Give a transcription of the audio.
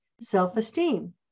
self-esteem